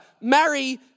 marry